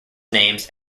names